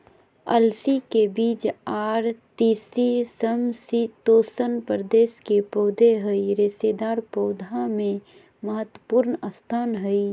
अलसी के बीज आर तीसी समशितोष्ण प्रदेश के पौधा हई रेशेदार पौधा मे महत्वपूर्ण स्थान हई